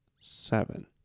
seven